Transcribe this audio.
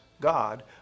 God